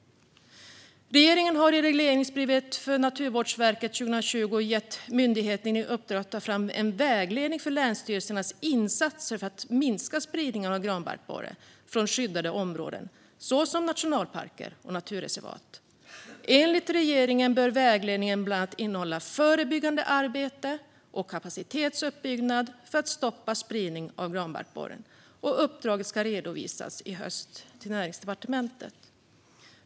Regeringen har i regleringsbrevet för Naturvårdsverket 2020 gett myndigheten i uppdrag att ta fram en vägledning för länsstyrelsernas insatser för att minska spridning av granbarkborre från skyddade områden såsom nationalparker och naturreservat. Enligt regeringen bör vägledningen bland annat omfatta förebyggande arbete och kapacitetsuppbyggnad för att stoppa spridning av granbarkborre. Uppdraget ska redovisas för Näringsdepartementet i höst.